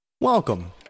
Welcome